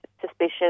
suspicion